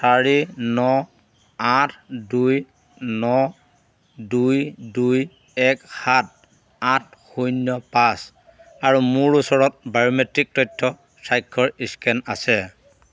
চাৰি ন আঠ দুই ন দুই দুই এক সাত আঠ শূন্য পাঁচ আৰু মোৰ ওচৰত বায়োমেট্ৰিক তথ্য স্বাক্ষৰ স্কেন আছে